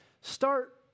start